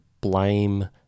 blame